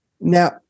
Now